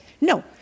No